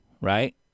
right